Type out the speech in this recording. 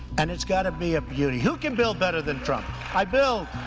and it's got to be a beauty. who can build better than trump? i build